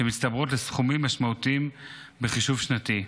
שמצטברות לסכומים משמעותיים בחישוב שנתי.